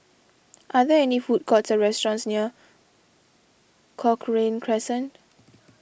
are there any food courts or restaurants near Cochrane Crescent